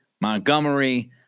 Montgomery